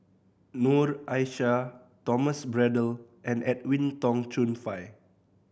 Noor Aishah Thomas Braddell and Edwin Tong Chun Fai